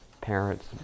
parents